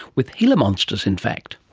with gila monsters in fact.